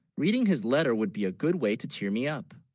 reading his letter would be a good way to cheer me up